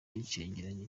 icegeranyo